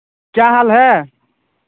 क्या हाल हैं